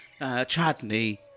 Chadney